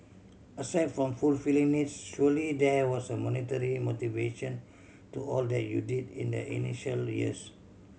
aside from fulfilling needs surely there was a monetary motivation to all that you did in the initial years